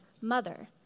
mother